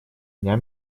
дня